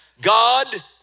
God